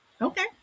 Okay